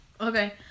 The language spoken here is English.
Okay